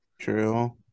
True